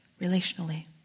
relationally